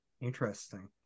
interesting